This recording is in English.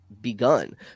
begun